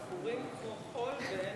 דיבורים כמו חול ואין מה לאכול.